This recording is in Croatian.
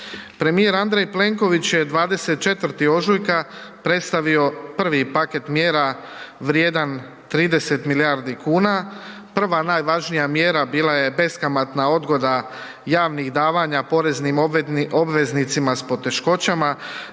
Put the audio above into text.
Premijer Andrej Plenković je 24. ožujka predstavio prvi paket mjera vrijedan 30 milijardi kuna. Prva najvažnija mjera bila je beskamatna odgoda javnih davanja poreznim obveznicima s poteškoćama,